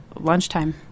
lunchtime